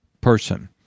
person